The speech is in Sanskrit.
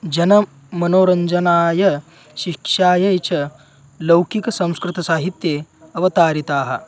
जन मनोरञ्जनाय शिक्षायै च लौकिकसंस्कृतसाहित्ये अवतारिताः